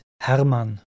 Hermann